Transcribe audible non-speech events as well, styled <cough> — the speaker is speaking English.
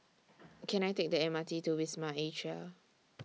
<noise> Can I Take The M R T to Wisma Atria